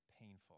painful